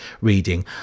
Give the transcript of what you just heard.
reading